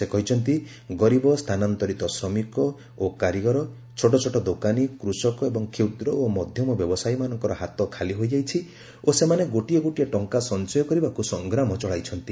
ସେ କହିଛନ୍ତି ଗରିବ ସ୍ଥାନାନ୍ତରିତ ଶ୍ରମିକ ଓ କରିଗର ଛୋଟ ଛୋଟ ଦୋକାନୀ କୃଷକ ଏବଂ କ୍ଷ୍ରଦ୍ ଓ ମଧ୍ୟମ ବ୍ୟବସାୟୀମାନଙ୍କର ହାତ ଖାଲି ହୋଇଯାଇଛି ଓ ସେମାନେ ଗୋଟିଏ ଗୋଟିଏ ଟଙ୍କା ସଞ୍ଚୟ କରିବାକୁ ସଂଗ୍ରାମ ଚଳାଇଛନ୍ତି